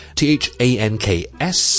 thanks